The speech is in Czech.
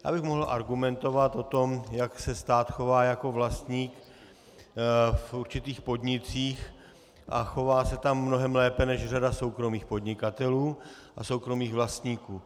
Já bych mohl argumentovat o tom, jak se stát chová jako vlastník v určitých podnicích, a chová se tam mnohem lépe než řada soukromých podnikatelů a soukromých vlastníků.